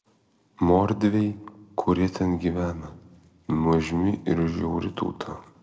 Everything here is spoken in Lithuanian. mordviai kurie ten gyvena nuožmi ir žiauri tauta